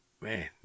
Man